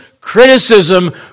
criticism